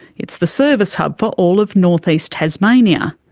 it's the service hub for all of north-east tasmania.